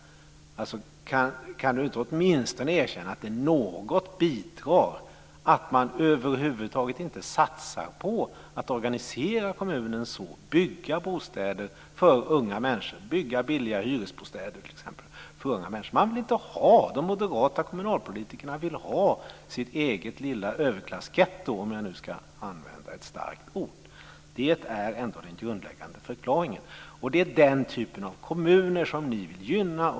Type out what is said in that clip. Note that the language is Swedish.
Kan Lennart Hedquist åtminstone inte erkänna att det bidrar något att man över huvud taget inte satsar på att organisera kommunen så, på att bygga bostäder för unga människor, t.ex. billiga hyresbostäder? De moderata kommunpolitikerna vill ha sitt eget lilla överklassgetto, om jag nu ska använda ett starkt ord. Det är den grundläggande förklaringen. Det är den typen av kommuner som ni vill gynna.